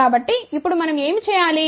కాబట్టి ఇప్పుడు మనం ఏమి చేయాలి